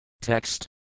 Text